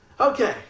Okay